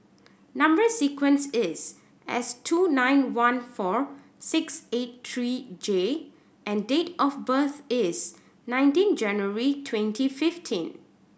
number sequence is S two nine one four six eight three J and date of birth is nineteen January twenty fifteen